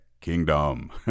kingdom